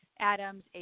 Adams